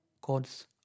God's